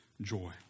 joy